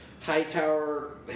Hightower